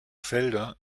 felder